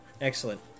Excellent